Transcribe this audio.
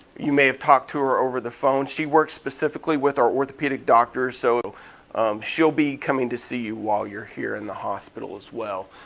you may have talked to her over the phone. she works specifically with our orthopedic doctors so she'll be coming to see you while you're here in the hospital as well.